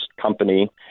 company